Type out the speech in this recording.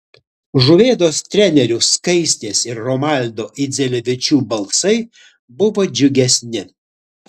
žuvėdros trenerių skaistės ir romaldo idzelevičių balsai buvo džiugesni